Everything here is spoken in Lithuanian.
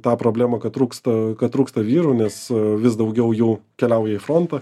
tą problemą kad trūksta kad trūksta vyrų nes vis daugiau jų keliauja į frontą